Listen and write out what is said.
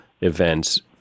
events